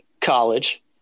college